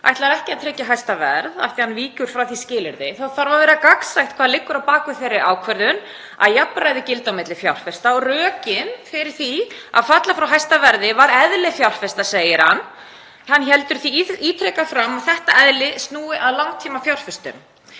ætlar ekki að tryggja hæsta verð, af því að hann víkur frá því skilyrði, þá þarf að vera gagnsætt hvað liggur á bak við þá ákvörðun, að jafnræði gildi milli fjárfesta. Rökin fyrir því að falla frá hæsta verði var eðli fjárfesta, segir hann. Hann heldur því ítrekað fram að það eðli snúi að langtímafjárfestum.